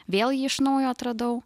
vėl jį iš naujo atradau